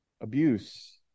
abuse